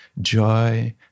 joy